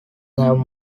have